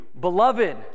beloved